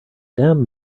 damn